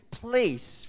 place